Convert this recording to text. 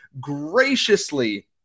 graciously